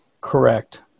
correct